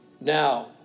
Now